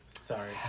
Sorry